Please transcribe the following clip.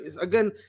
again